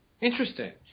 Interesting